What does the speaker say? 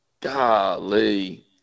Golly